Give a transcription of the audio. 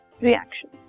reactions